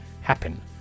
happen